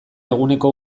eguneko